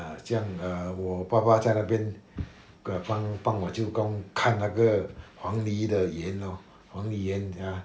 err 这样 err 我爸爸在那边 帮帮我舅公看那个黄梨的园 lor 黄梨园你知道 mah